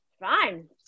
fine